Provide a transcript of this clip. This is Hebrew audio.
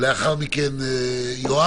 לאחר מכן חבר